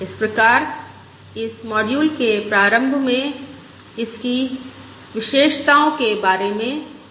इस प्रकार इस मॉड्यूल के प्रारंभ में इसकी विशेषताओं के बारे में जानते हैं